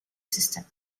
system